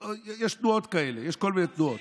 יש פה עוד כאלה, יש כל מיני תנועות.